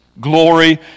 Glory